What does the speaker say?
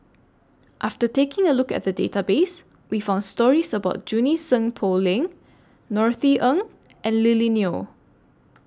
after taking A Look At The Database We found stories about Junie Sng Poh Leng Norothy Ng and Lily Neo